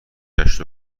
گشت